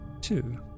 Two